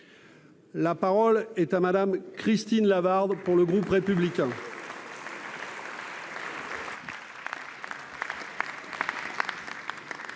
La parole est à madame Christine Lavarde. Pour le groupe républicain.